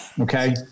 okay